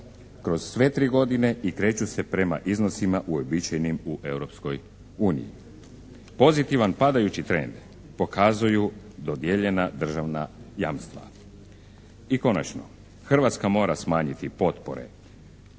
kroz sve tri godine i kreću se prema iznosima uobičajenim u Europskoj uniji. Pozitivan padajući trend pokazuju dodijeljena državna jamstva. I konačno Hrvatska mora smanjiti potpore